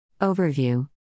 Overview